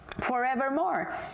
forevermore